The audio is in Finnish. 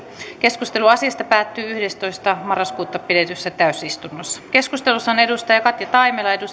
keskustelu asiasta päättyi yhdestoista yhdettätoista kaksituhattakuusitoista pidetyssä täysistunnossa keskustelussa on katja taimela